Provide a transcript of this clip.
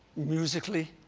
musically.